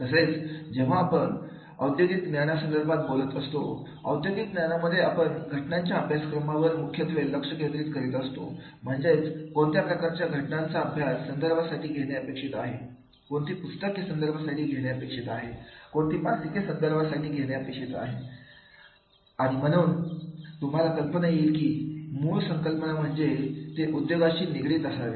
तसेच जेव्हा आपण औद्योगिक ज्ञाना संदर्भात बोलत असतो औद्योगिक ज्ञानामध्ये आपण घटनांच्या अभ्यासक्रमावर मुख्यत्वे लक्ष केंद्रित करीत असतो म्हणजेच कोणत्या प्रकारच्या घटनांचा अभ्यास संदर्भासाठी घेणे अपेक्षित आहे कोणती पुस्तके संदर्भासाठी घेणे अपेक्षित आहे कोणती मासिके संदर्भासाठी घेणे गरजेचे आहे आणि म्हणून तुम्हाला कल्पना येईल की मूळ संकल्पना म्हणजे ते उद्योगाशी निगडित असावे